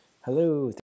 Hello